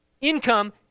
income